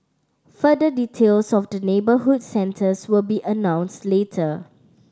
further details of the neighbourhood centres will be announced later